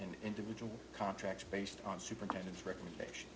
and individual contracts based on superintendents recommendation